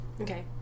Okay